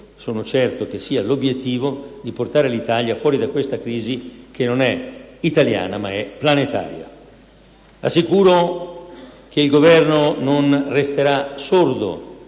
sono certo che sia l'obiettivo di portare l'Italia fuori da questa crisi, che non è italiana ma planetaria. Assicuro che il Governo non resterà sordo